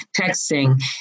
texting